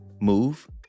Move